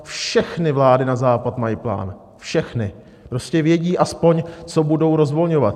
Všechny vlády na západ mají plán, všechny, prostě vědí aspoň, co budou rozvolňovat.